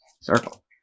Circle